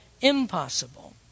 impossible